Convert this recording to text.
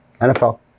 NFL